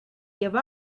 give